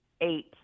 eight